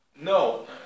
No